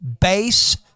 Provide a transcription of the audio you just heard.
Base